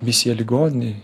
misija ligoninėj